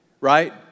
right